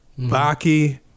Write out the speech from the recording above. Baki